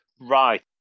Right